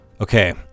okay